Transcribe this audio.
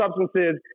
substances